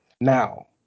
Now